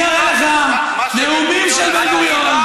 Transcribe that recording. אני אראה לך נאומים של בן-גוריון,